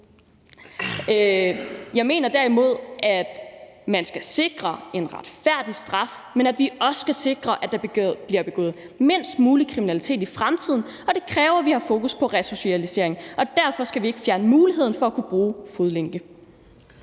Jeg mener derimod, at man skal sikre en retfærdig straf, men at vi også skal sikre, at der bliver begået mindst mulig kriminalitet i fremtiden, og det kræver, at vi har fokus på resocialisering. Derfor skal vi ikke fjerne muligheden for at kunne bruge fodlænke.